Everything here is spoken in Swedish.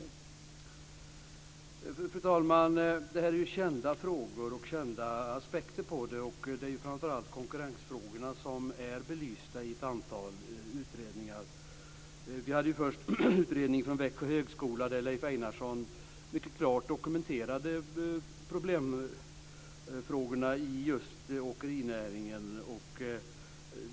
Fru talman! Det här är ju kända frågor och kända aspekter på dem. Det är framför allt konkurrensfrågorna som är belysta i ett antal utredningar. Vi hade först utredningen från Växjö högskola, där Leif Einarsson mycket klart dokumenterade problemfrågorna i just åkerinäringen.